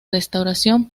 restauración